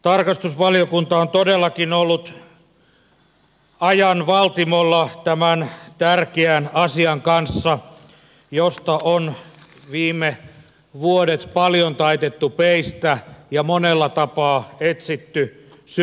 tarkastusvaliokunta on todellakin ollut ajan valtimolla tämän tärkeän asian kanssa josta on viime vuodet paljon taitettu peistä ja monella tapaa etsitty syyllisiä